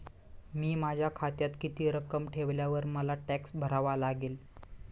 मी माझ्या खात्यात किती रक्कम ठेवल्यावर मला टॅक्स भरावा लागेल?